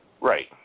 Right